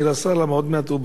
כי עוד מעט הוא יהיה בדרך